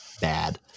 bad